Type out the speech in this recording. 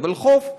הוולחו"ף,